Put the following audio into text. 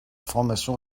formation